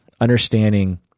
understanding